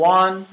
one